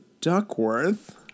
Duckworth